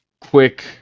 quick